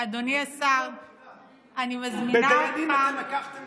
אדוני השר, אני מזמינה אותך, בדיינים אתם לקחתם